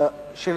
של